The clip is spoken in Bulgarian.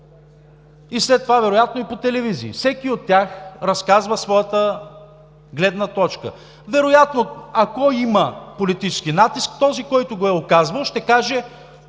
след това вероятно и по телевизии. Всеки от тях разказва своята гледна точка. Вероятно, ако има политически натиск, този, който го е оказвал, ще каже: